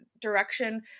direction